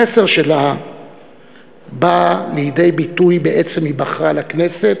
המסר שלה בא לידי ביטוי בעצם היבחרה לכנסת.